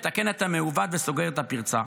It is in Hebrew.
מתקן את המעוות וסוגר את הפרצה,